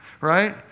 Right